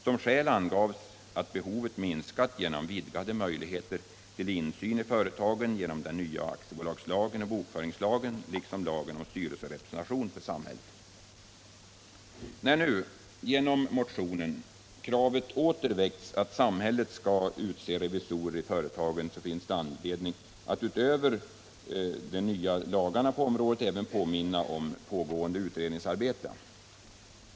Som skäl angavs att behovet Onsdagen den minskat genom vidgade möjligheter till insyn i företagen genom den 9 november 1977 nya aktiebolagslagen och bokföringslagen liksom lagen om styrelsere= se presentation för samhället. Opartisk företags När nu, genom motionen, kravet åter väckts om att samhället skall — revision utse revisorer i företagen finns anledning att utöver de nya lagarna på området påminna om pågående utredningsarbete.